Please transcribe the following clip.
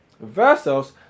Versus